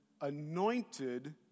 anointed